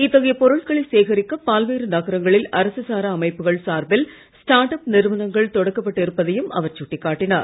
இத்தகைய பொருட்களை சேகரிக்க பல்வேறு நகரங்களில் அரசு சாரா அமைப்புகள் சார்பில் ஸ்டார்ட் அப் நிறுவனங்கள் தொடக்கப்பட்டு இருப்பதையும் அவர் சுட்டிக்காட்டினார்